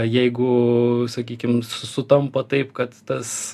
jeigu sakykim su sutampa taip kad tas